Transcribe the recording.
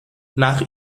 nach